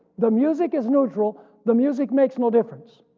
the music is neutral the music makes no difference.